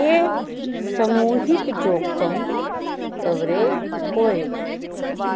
एह् सामूहिक जोखम करवेज होऐ